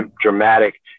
dramatic